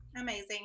Amazing